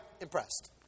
impressed